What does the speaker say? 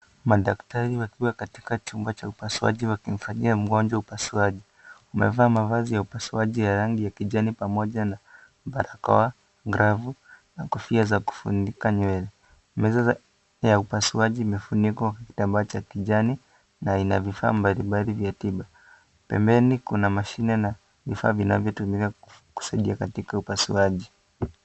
Madaktari wakiwa katika chumba cha upasuaji wakimfanyia mgonjwa upasuaji, Wamevaa mavazi ya upasuaji ya rangi ya kijani pamoja na barakoa, glovu na kofia za kufunika nywele. Meza za upasuaji zimefunikwa na kitambaa cha kijani na ina vifaa mbali mbali vya tiba. Pembeni kuna mashine na vifaa vinavyotumika katika upasuaji.